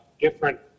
different